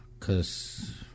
cause